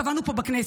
קבענו פה בכנסת,